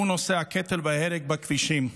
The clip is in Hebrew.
והוא נושא הקטל וההרג בכבישים.